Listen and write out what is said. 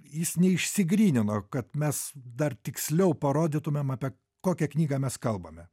jis neišsigrynino kad mes dar tiksliau parodytumėm apie kokią knygą mes kalbame